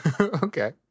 Okay